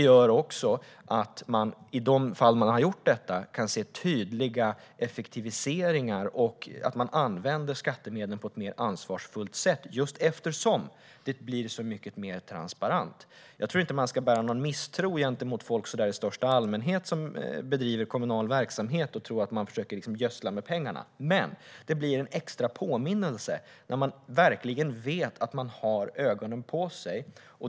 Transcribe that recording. I de fall man har gjort detta kan man se tydliga effektiviseringar och att skattemedlen används på ett mer ansvarsfullt sätt, just eftersom det blir så mycket mer transparent. Jag tror inte att man ska bära misstro i största allmänhet gentemot folk som bedriver kommunal verksamhet och tro att de försöker gödsla med pengarna. Men det blir en extra påminnelse när de verkligen vet att de har ögonen på sig.